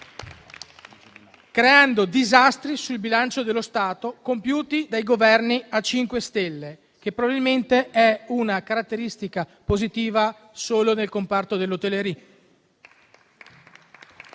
creando disastri sul bilancio dello Stato compiuti dai Governi a 5 Stelle, che probabilmente è una caratteristica positiva solo nel comparto dell'*hôtellerie*.